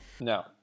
no